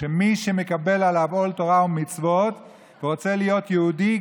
שמי שמקבל עליו עול תורה ומצוות ורוצה להיות יהודי,